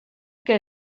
que